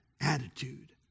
Attitude